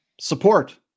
Support